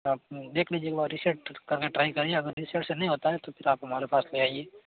आप देख लीजिए एक बार रिसेट करके ट्राई करिए अगर रिसेप्शन नहीं होता है तो फिर आप हमारे पास ले आइए